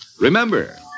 Remember